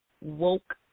Woke